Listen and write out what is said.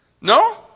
No